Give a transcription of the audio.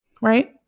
Right